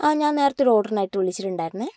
ആ ഞാൻ നേരത്തെ ഒരു ഓർഡറിനായിട്ട് വിളിച്ചിട്ടുണ്ടായിരുന്നു